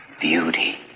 beauty